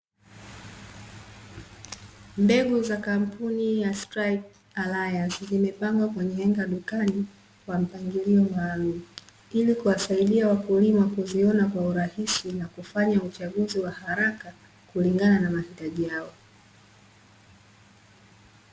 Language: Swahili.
Mbegu za Kampuni ya “ Starke Ayres” zimepangwa kwenye henga dukani kwa mpangilio maalum ili kuwasaidia wakulima kuziona kwa urahisi na kufanya uchaguzi wa haraka kulingana na mahitaji yao.